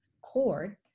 cord